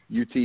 UT